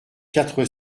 quatre